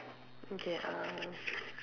okay uh